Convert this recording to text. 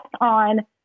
on